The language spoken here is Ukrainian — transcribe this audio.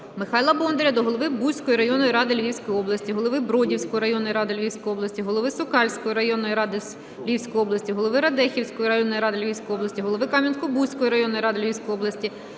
Михайла Бондаря до голови Буської районної ради Львівської області, голови Бродівської районної ради Львівської області, голови Сокальської районної ради Львівської області, голови Радехівської районної ради Львівської області, голови Кам'янка-Бузької районної ради Львівської області